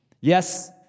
Yes